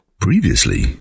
Previously